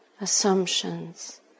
assumptions